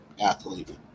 athlete